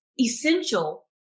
essential